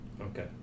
Okay